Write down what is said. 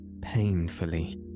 Painfully